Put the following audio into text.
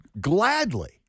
gladly